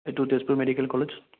এইটো Tezpur medical college